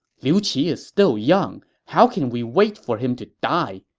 liu qi is still young. how can we wait for him to die?